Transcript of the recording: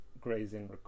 grazing